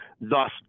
Thus